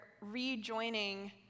rejoining